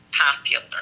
popular